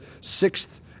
sixth